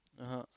(uh huh)